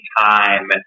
time